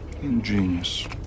Ingenious